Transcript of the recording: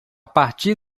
partir